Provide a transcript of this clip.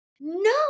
no